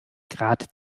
grad